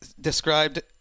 described